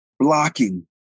blocking